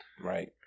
Right